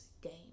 game